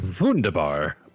Wunderbar